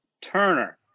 Turner